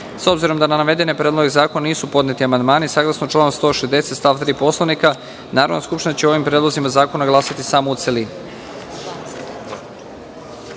obzirom da na navedene predloge zakona nisu podneti amandmani, saglasno članu 160. stav 3. Poslovnika, Narodna skupština će o ovim predlozima zakona glasati samo u